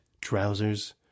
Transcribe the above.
trousers